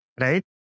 Right